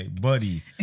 buddy